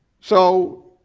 so,